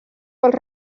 pels